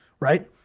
Right